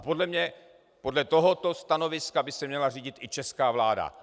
Podle mě podle tohoto stanoviska by se měla řídit i česká vláda.